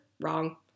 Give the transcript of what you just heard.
Wrong